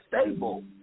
stable